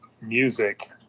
music